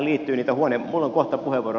minulla on kohta puheenvuoro